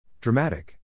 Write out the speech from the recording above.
Dramatic